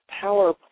power